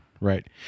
right